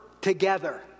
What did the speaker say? together